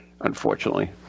unfortunately